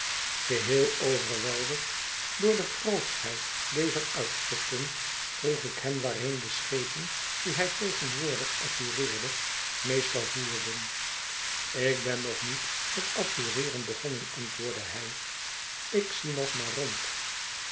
geheel overweldigd door de grootschheid dezer uitzichten vroeg ik hem waarheen de schepen die hij tegenwoordig assureerde meestal voeren ik ben nog niet met assureeren begonnen antwoordde hij ik zie nog maar rond